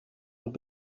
und